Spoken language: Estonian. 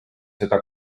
seda